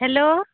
hello